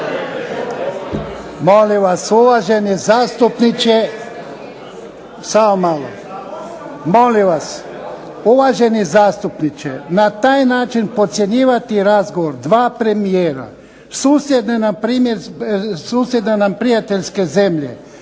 Molim vas uvaženi zastupniče na taj način podcjenjivati razgovor dva premijera susjedne nam prijateljske zemlje,